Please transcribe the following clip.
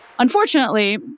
Unfortunately